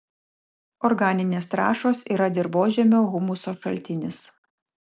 organinės trąšos yra dirvožemio humuso šaltinis